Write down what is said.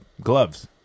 gloves